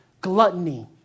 gluttony